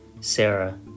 Sarah